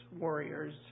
warriors